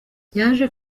yaje